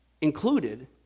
included